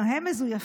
גם הם מזויפים,